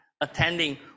attending